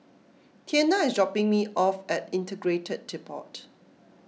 Tianna is dropping me off at Integrated Depot